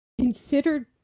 considered